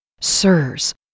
Sirs